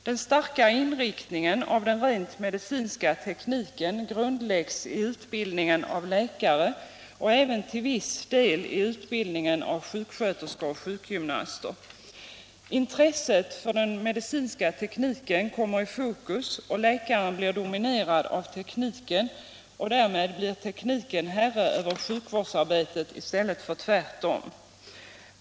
Den har ett arbetssätt som försvårar för vården viktiga mänskliga relationer. Intresset för den medicinska tekniken kommer i fokus och läkaren blir dominerad av tekniken, och därmed blir tekniken herre över sjukvårdsarbetet i stället för tvärtom.